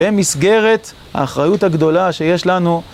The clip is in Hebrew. במסגרת האחריות הגדולה שיש לנו.